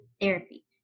therapy